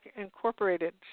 Incorporated